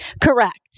Correct